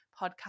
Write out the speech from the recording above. podcast